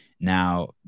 Now